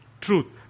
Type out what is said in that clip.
truth